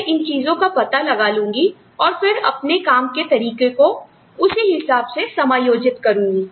तो मैं इन चीजों का पता लगा लूंगी और फिर अपने काम के तरीके को उसी हिसाब से समायोजित करुँगी